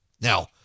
Now